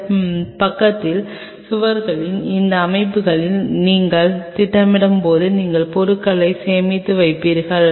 இந்த பக்கங்களின் சுவர்களில் இந்த அமைப்பை நீங்கள் திட்டமிடும்போது நீங்கள் பொருட்களை சேமித்து வைத்திருப்பீர்கள்